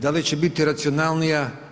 Da li će biti racionalnija?